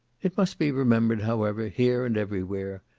it must be remembered, however, here and every where,